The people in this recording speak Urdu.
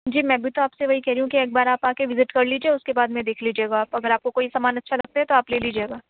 جی میں بھی تو آپ سے وہی کہہ رہی ہوں کہ ایک بار آپ آ کے وزٹ کرلیجیے اس کے بعد میں دیکھ لیجیے گا آپ اگر آپ کو کوئی سامان اچھا لگتا ہے تو آپ لے لیجیے گا